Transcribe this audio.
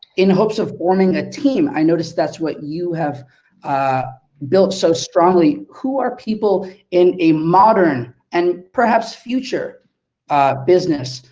in hopes of forming a team, i notice that's what you have built so strongly. who are people in a modern and perhaps future business,